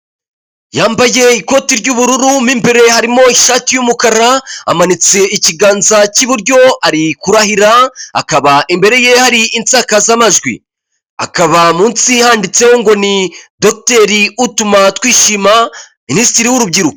Yambaye ikoti ry'ubururu mo imbere harimo ishati y'umukara amanitse ikiganza cy'iburyo, ari kurahira akaba imbere ye hari insakazamajwi akaba munsi handitseho ngo ni dogiteri Utumamatwishima minisitiri w'urubyiruko.